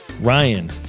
Ryan